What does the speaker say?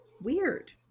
weird